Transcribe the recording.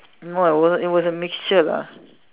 no I wasn't it was a mixture lah